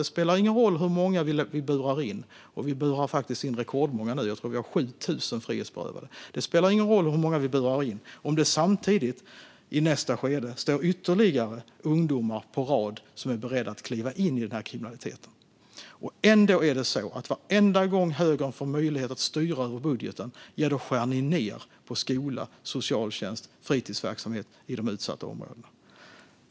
Det spelar ingen roll hur många vi burar in - och vi burar faktiskt in rekordmånga nu; jag tror att vi har 7 000 frihetsberövade - om det samtidigt, i nästa skede, står ytterligare ungdomar på rad som är beredda att kliva in i kriminaliteten. Ändå skär högern, varenda gång ni får möjlighet att styra över budgeten, ned på skola, socialtjänst och fritidsverksamhet i de utsatta områdena.